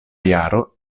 jaro